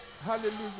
Hallelujah